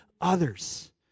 others